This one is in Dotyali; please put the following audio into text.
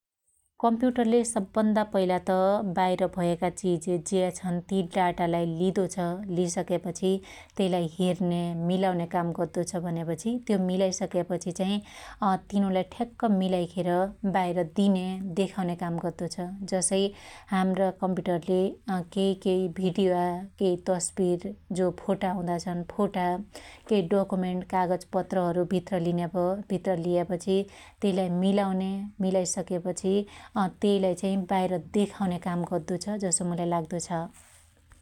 कम्प्युटरले सब भन्दा पहिलात बाइर भयाका चिज ज्या छन ति डाटालाई लिदो छ, लिसक्यापछि त्यइलाई हेर्न्या मिलाउन्या काम गद्दो छ भन्यापछि त्यो मिलाईसक्या पछी चाइ तिनुलाई ठ्क्क मिलाईखेर बाइर दिन्या देखाउन्या काम गद्दो छ । जसै हाम्रा कम्प्युटरले केइ केइ भिडीया केइ तस्बिर जो फोटा हुदा छन फोटा केइ, डकोमेन्ट, कागजपत्रहरु भित्र लिन्या ,भित्र लियापछि त्यइलाई मिलाउन्या मिलाइ सक्यापछि अत्यइलाई चाइ बाइर देखाउन्या काम गद्दो छ जसो मुलाई लाग्दो छ ।